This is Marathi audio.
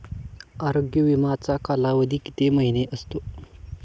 आरोग्य विमाचा कालावधी किती महिने असतो?